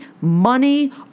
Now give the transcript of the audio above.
money